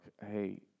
hey